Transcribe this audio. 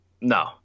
No